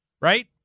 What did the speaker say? right